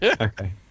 okay